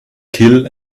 kill